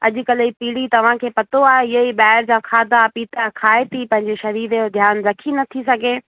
अॼुकल्ह जी पीढ़ी तव्हांखे पतो आहे इहो ई ॿाहिरि जा खाधा पीता खाए पी पंहिंजे सरीर जो ध्यानु रखी नथी सघे